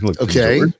Okay